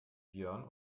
björn